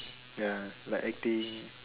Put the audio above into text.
ya like acting